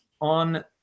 on